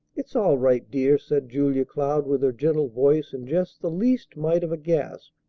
it's all right, dear, said julia cloud with her gentle voice, and just the least mite of a gasp.